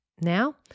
Now